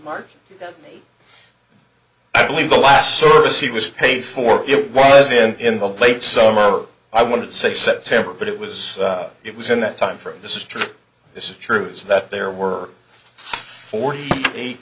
mark i believe the last service he was paid for it was in the plate summer i want to say september but it was it was in that time frame this is true this is true is that there were forty eight